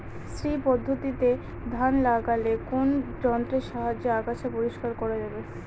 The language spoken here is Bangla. শ্রী পদ্ধতিতে ধান লাগালে কোন যন্ত্রের সাহায্যে আগাছা পরিষ্কার করা যাবে?